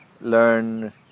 learn